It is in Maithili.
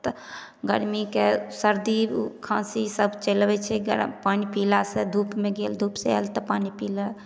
तऽ गर्मीके सर्दी खाँसी सब चलि अबै छै गरम पानि पीला सऽ धूपमे गेल धूप से आयल तऽ पानि पीलक